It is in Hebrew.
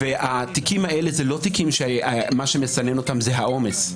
התיקים האלה זה לא תיקים שמה שמסנן אותם זה העומס.